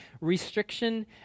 Restriction